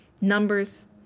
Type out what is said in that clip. Numbers